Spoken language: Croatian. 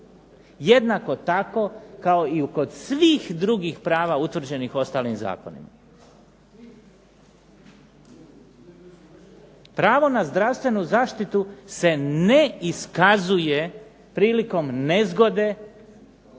Jednako tako kao i kod svih drugih prava utvrđenih ostalim zakonima. Pravo na zdravstvenu zaštitu se ne iskazuje prilikom nezgode